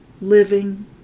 living